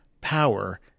power